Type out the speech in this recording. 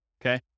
okay